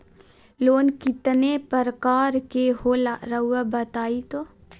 Loan कितने पारकर के होला रऊआ बताई तो?